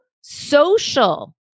social